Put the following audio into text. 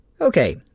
Okay